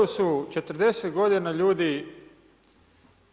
U Čileu su 40 godina ljudi